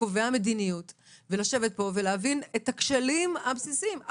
וקובעי המדיניות ולהבין את הכשלים הבסיסיים.